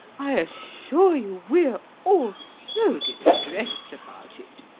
i assure you we're all so distressed about it.